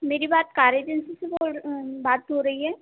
मेरी बात car agency से बोल बात हो रही है